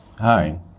Hi